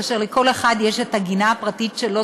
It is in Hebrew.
כאשר לכל אחד יש את הגינה הפרטית שלו,